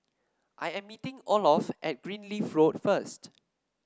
I am meeting Olof at Greenleaf Road first